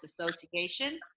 Association